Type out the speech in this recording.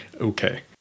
Okay